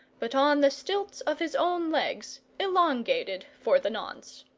but on the stilts of his own legs, elongated for the nonce.